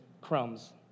crumbs